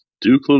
Duke